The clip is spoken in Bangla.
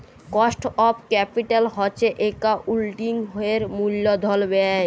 কস্ট অফ ক্যাপিটাল হছে একাউল্টিংয়ের মূলধল ব্যায়